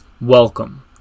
Welcome